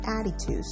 attitudes